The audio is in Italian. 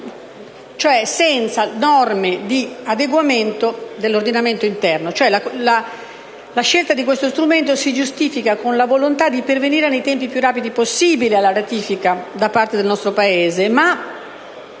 cioè le norme di adeguamento dell'ordinamento interno. La scelta di questo strumento si giustifica con la volontà di pervenire nei tempi più rapidi possibili alla ratifica da parte del nostro Paese.